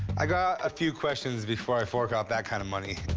i got a few questions before i fork out that kind of money.